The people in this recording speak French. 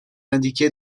indiqué